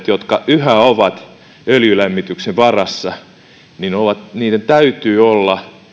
jotka yhä ovat öljylämmityksen varassa täytyy olla